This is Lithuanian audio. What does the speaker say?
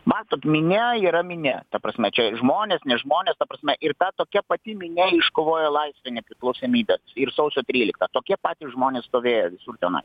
matot minia yra minia ta prasme čia žmonės ne žmonės ta prasme ir ta tokia pati minia iškovojo laisvę nepriklausomybę ir sausio tryliktą tokie patys žmonės stovėjo visur tenai